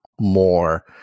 more